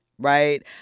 Right